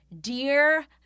Dear